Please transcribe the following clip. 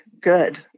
good